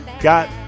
got